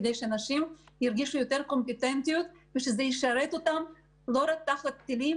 כדי שאנשים ירגישו יותר קומפטנטיות ושזה ישרת אותם לא רק תחת טילים,